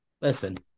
listen